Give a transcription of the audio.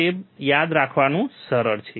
તે યાદ રાખવું સરળ છે